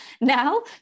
now